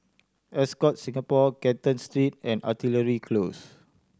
Ascott Singapore Canton Street and Artillery Close